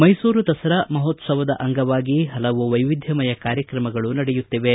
ಮೈಸೂರು ದಸರಾ ಮಹೋತ್ಸವದ ಅಂಗವಾಗಿ ಹಲವು ವೈವಿಧ್ಯಮಯ ಕಾರ್ಯಕ್ರಮಗಳು ನಡೆಯುತ್ತಿವೆ